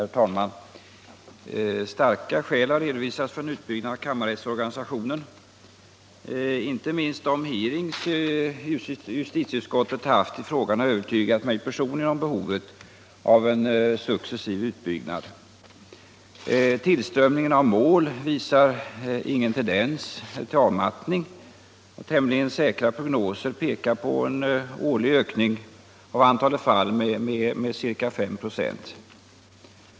Herr talman! Starka skäl har redovisats för en utbyggnad av kammarrättsorganisationen. Inte minst de hearings justitieutskottet haft i frågan har övertygat mig om behovet av en successiv utbyggnad. Tillströmningen av mål visar ingen tendens till avmattning. Tämligen säkra prognoser pekar på en årlig ökning av antalet fall med ca 5 96.